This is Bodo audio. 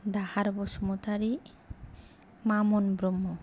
दाहार बसुमतारी मामन ब्रह्म